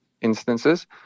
instances